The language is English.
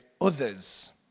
others